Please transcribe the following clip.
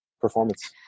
performance